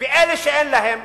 ואלה שאין להם,